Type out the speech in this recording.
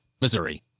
Missouri